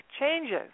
changes